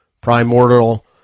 Primordial